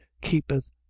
keepeth